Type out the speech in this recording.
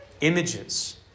images